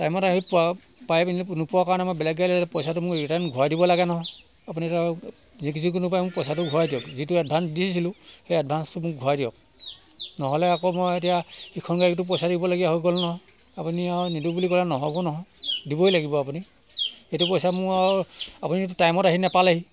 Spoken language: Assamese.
টাইমত আহি পোৱা পাই পিনি নোপোৱা কাৰণে মই বেলেগ গাড়ীত আহিলো পইচাটো মোক ৰিটাৰ্ণ ঘূৰাই দিব লাগে নহয় আপুনি এতিয়া যি যিকোনো উপায়ে মোক পইচাটো ঘূৰাই দিয়ক যিটো এডভান্স দিছিলো সেই এডভান্সটো মোক ঘূৰাই দিয়ক নহ'লে আকৌ মই এতিয়া ইখন গাড়ীতো পইচা দিবলগীয়া হৈ গ'ল নহয় আপুনি আৰু নিদিওঁ বুলি ক'লে নহ'ব নহয় দিবই লাগিব আপুনি এইটো পইচা মোৰ আৰু আপুনিটো টাইমত আহি নাপালেহি